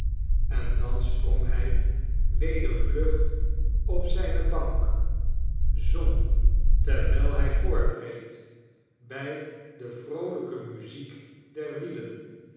en dan sprong hij op reis weder vlug op zijne bank zong terwijl hij voortreed bij de vroolijke muziek der wielen